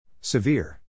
Severe